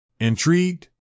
Intrigued